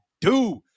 dude